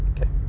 Okay